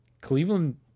Cleveland